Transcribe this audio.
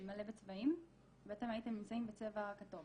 בצבעים ואתם הייתם נמצאים בצבע כתום